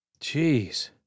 Jeez